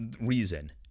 reason